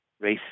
race